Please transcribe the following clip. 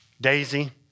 daisy